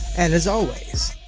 and as always,